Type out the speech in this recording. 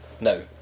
No